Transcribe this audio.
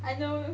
I know